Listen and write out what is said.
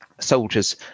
soldiers